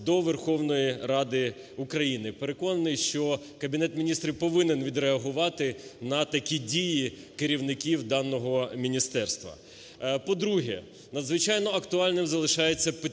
до Верховної Ради України. Переконаний, що Кабінет Міністрів повинен відреагувати на такі дії керівників даного міністерства. По-друге, надзвичайно актуальним залишається питання